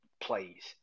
plays